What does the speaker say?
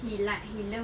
he like he love